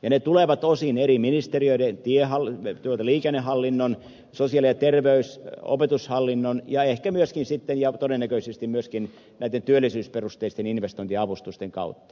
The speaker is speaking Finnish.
ne tulevat osin eri ministeriöiden liikennehallinnon sosiaali ja terveyshallinnon opetushallinnon ja ehkä myöskin ja todennäköisesti myöskin sitten näitten työllisyysperusteisten investointiavustusten kautta